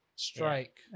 strike